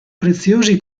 preziosi